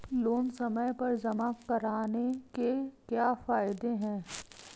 Loan समय पर जमा कराने के क्या फायदे हैं?